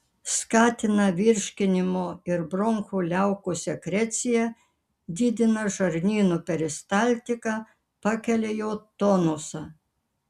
skatina virškinimo ir bronchų liaukų sekreciją didina žarnyno peristaltiką pakelia jo tonusą